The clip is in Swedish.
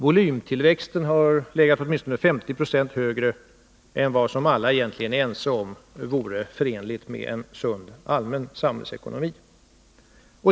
Volymtillväxten har legat åtminstone 50 20 högre än vad alla egentligen är ense om vore förenligt med en sund allmän samhällsekonomi.